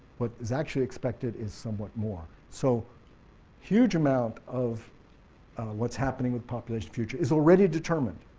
what is actually expected is somewhat more, so huge amount of what's happening with population future is already determined,